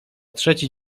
trzeci